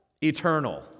eternal